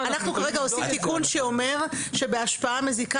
אנחנו עושים תיקון שאומר שבהשפעה מזיקה